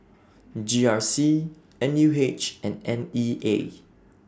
G R C N U H and N E A